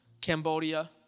Cambodia